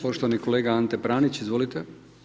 Poštovani kolega Ante Pranić, izvolite.